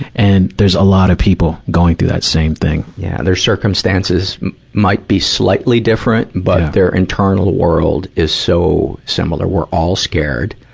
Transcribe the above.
and there's a lot of people going through that same thing. yeah, their circumstances might be slightly different. but their internal world is so similar. we're all scared.